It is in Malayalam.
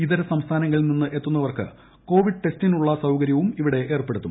ഇതര സംസ്ഥാനങ്ങളിൽ നിന്നെത്തുന്നവർക്ക് കോവിഡ് ടെസ്റ്റിനുള്ള സൌകര്യവും ഇവിടെ ഏർപ്പെടുത്തും